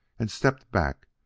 and stepped back,